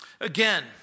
Again